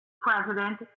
president